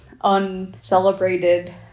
uncelebrated